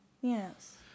Yes